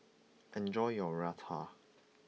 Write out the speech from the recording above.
enjoy your Raita